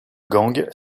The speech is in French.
gang